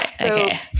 Okay